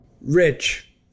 Rich